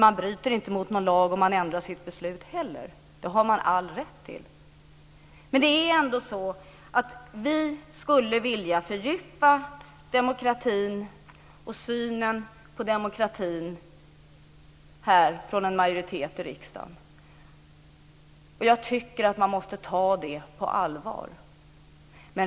Man bryter inte mot någon lag om man ändrar sitt beslut. Det har man all rätt till. Det är ändå så att en majoritet i riksdagen skulle vilja fördjupa demokratin och synen på demokratin. Jag tycker att man måste ta det på allvar.